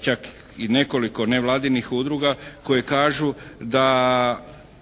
čak i nekoliko nevladinih udruga koje kažu da